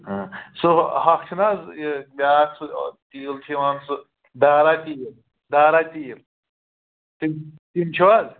آ سُہ ہۅکھ چھُنہٕ حظ یہِ بیٛاکھ سُہ تیٖل چھُ یِوان سُہ دارا تیٖل دارا تیٖل تِم تِم چھِوٕ حظ